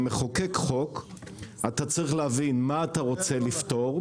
מחוקק חוק אתה צריך להבין מה אתה רוצה לפתור,